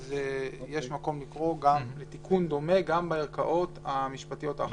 יש מקום לקרוא לתיקון דומה גם בערכאות המשפטיות האחרות,